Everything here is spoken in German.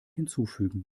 hinzufügen